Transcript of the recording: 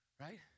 right